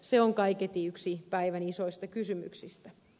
se on kaiketi yksi päivän isoista kysymyksistä